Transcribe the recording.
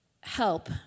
help